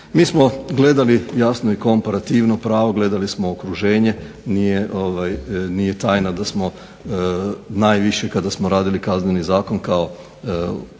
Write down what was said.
Mi smo gledali jasno i komparativno pravo, gledali smo okruženje. Nije tajna da smo najviše kada smo radili Kazneni zakon kao uzor